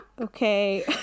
Okay